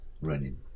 running